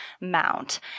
mount